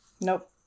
Nope